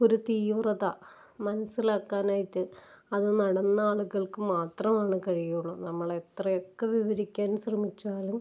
ഒരു തീവ്രത മനസ്സിലാക്കാനായിട്ട് അത് നടന്നാളുകൾക്ക് മാത്രമാണ് കഴിയുള്ളു നമ്മൾ എത്രയൊക്കെ വിവരിക്കാൻ ശ്രമിച്ചാലും